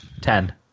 Ten